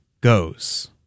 goes